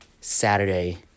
Saturday